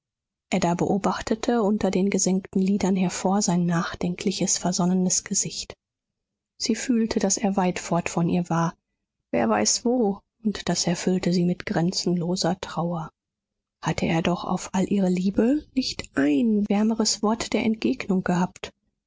ada beobachtete unter den gesenkten lidern hervor sein nachdenkliches versonnenes gesicht sie fühlte daß er weit fort von ihr war wer weiß wo und das erfüllte sie mit grenzenloser trauer hatte er doch auf all ihre liebe nicht ein wärmeres wort der entgegnung gehabt